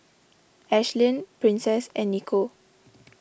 Ashlyn Princess and Nico